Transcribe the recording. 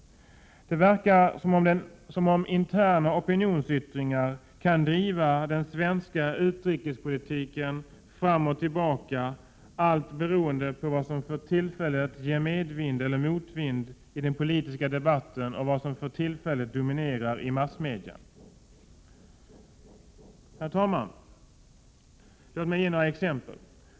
Det verkar som om interna opinionsyttringar kan driva den svenska utrikespolitiken fram och tillbaka, beroende på vad som för tillfället ger medeller motvind i den politiska debatten och vad som för tillfället är det dominerande intresset i massmedia. Herr talman! Jag skall ge några exempel.